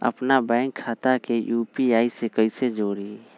अपना बैंक खाता के यू.पी.आई से कईसे जोड़ी?